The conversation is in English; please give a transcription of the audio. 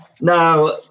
Now